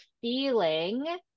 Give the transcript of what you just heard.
feeling